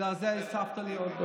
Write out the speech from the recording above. בגלל זה הוספת לי עוד דקה.